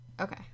okay